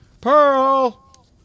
Pearl